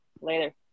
later